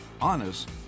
honest